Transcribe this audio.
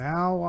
Now